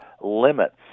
limits